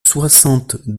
soixante